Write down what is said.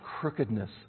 crookedness